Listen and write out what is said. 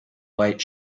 white